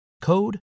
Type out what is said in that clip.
code